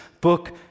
book